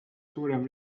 suurem